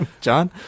John